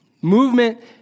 Movement